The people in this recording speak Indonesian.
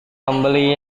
membeli